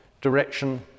direction